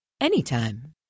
Anytime